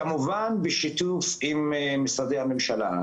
כמובן בשיתוף עם משרדי הממשלה.